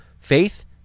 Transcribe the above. faith